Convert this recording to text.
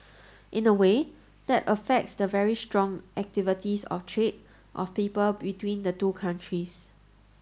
in a way that affects the very strong activities of trade of people between the two countries